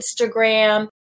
Instagram